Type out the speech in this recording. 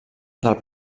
del